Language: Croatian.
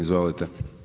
Izvolite.